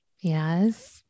Yes